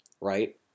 right